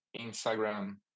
instagram